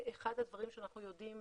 אחד הדברים שאנחנו יודעים,